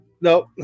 Nope